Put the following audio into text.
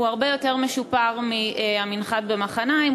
הוא הרבה יותר משופר מהמנחת במחניים,